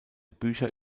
bücher